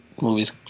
movies